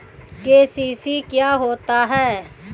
KCC क्या होता है?